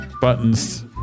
buttons